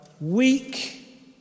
weak